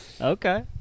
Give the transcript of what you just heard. okay